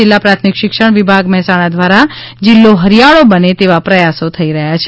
જીલ્લા પ્રાથમિક શિક્ષણ વિભાગ મહેસાણા દ્વારા જીલ્લો હરિયાળો બને તેવા પ્રયાસો થઇ રહ્યો છે